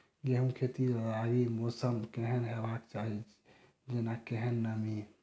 गेंहूँ खेती लागि मौसम केहन हेबाक चाहि जेना केहन नमी?